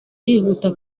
yihuta